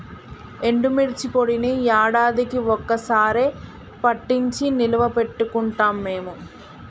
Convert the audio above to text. ఎండుమిర్చి పొడిని యాడాదికీ ఒక్క సారె పట్టించి నిల్వ పెట్టుకుంటాం మేము